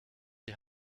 die